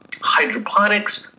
hydroponics